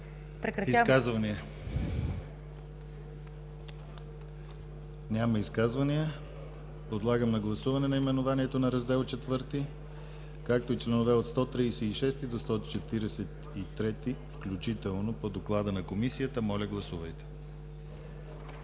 Изказвания? Няма. Подлагам на гласуване наименованието на Раздел IV, както и членове от 136 до 143 включително по доклада на Комисията. Гласували